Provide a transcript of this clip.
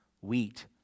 wheat